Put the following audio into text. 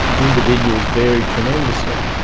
individuals vary tremendously,